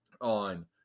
on